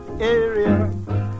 area